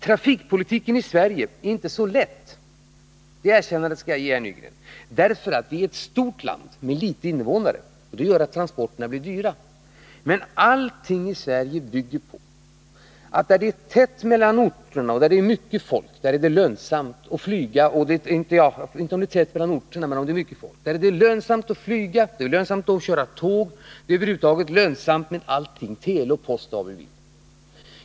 Trafikpolitiken i Sverige är inte så lätt — det erkännandet skall jag ge herr Nygren. Vi har ett stort land med litet antal invånare, och det gör att transporterna blir dyra. Men allting i Sverige bygger på att där det är mycket folk, där är det lönsamt att flyga, lönsamt att köra tåg, över huvud taget lönsamt med allting — tele, post och vad vi vill.